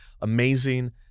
amazing